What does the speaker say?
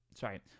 sorry